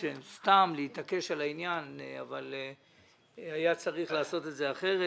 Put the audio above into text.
זה סתם להתעקש על העניין והיה צריך לעשות את זה אחרת.